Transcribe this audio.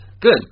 good